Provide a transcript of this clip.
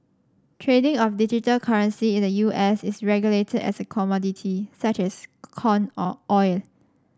trading of digital currency in the U S is regulated as a commodity such as corn or oil